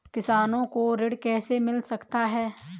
किसानों को ऋण कैसे मिल सकता है?